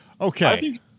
Okay